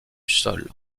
sol